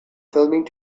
filming